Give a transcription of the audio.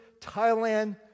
thailand